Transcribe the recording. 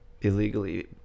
illegally